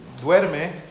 duerme